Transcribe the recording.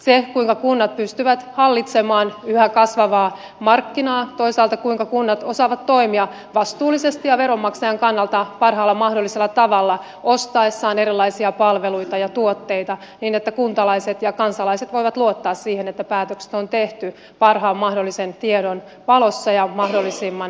se kuinka kunnat pystyvät hallitsemaan yhä kasvavaa markkinaa toisaalta se kuinka kunnat osaavat toimia vastuullisesti ja veronmaksajan kannalta parhaalla mahdollisella tavalla ostaessaan erilaisia palveluita ja tuotteita niin että kuntalaiset ja kansalaiset voivat luottaa siihen että päätökset on tehty parhaan mahdollisen tiedon valossa ja mahdollisimman asiantuntevasti